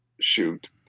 shoot